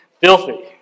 Filthy